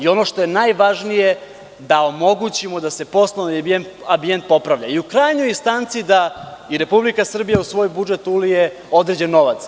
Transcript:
Ono što je najvažnije, da omogućimo da se poslovni ambijent popravlja i u krajnjoj instanci da i Republika Srbija u svoj budžet ulije određen novac.